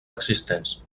existents